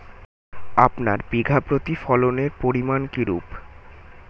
আপনার বিঘা প্রতি ফলনের পরিমান কীরূপ?